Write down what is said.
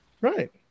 right